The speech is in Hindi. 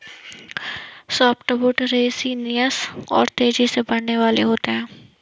सॉफ्टवुड रेसनियस और तेजी से बढ़ने वाले होते हैं